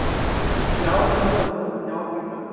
ಸರಿ ಸರಿ ಯಾವ ದಿನಾಂಕ ಮೇಡಮ್ ಯಾವ ಡೇಟು